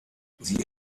sie